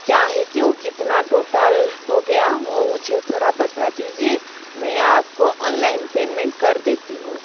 क्या है कि वह कितना टोटल हो गया वह मुझे थोड़ा बता दीजिए में आपको ऑनलाइन पेमेंट कर देती हूँ